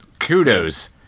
Kudos